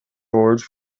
boards